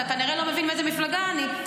אתה כנראה לא מבין באיזו מפלגה אני.